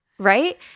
Right